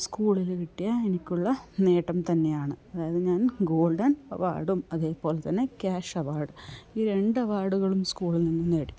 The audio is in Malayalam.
സ്കൂളിൽ നിന്ന് കിട്ടിയ എനിക്കുള്ള നേട്ടം തന്നെയാണ് അതായത് ഞാൻ ഗോൾഡൻ അവാർഡും അതേ പോലെ തന്നെ ക്യാഷ് അവാർഡ് ഈ രണ്ട് അവാർഡുകളും സ്കൂളിൽ നിന്ന് നേടി